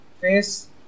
face